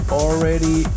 already